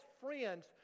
friends